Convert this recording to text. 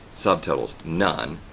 subtotals, none,